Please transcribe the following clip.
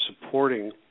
supporting